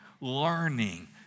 learning